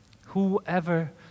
whoever